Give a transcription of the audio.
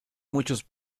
muchos